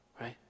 right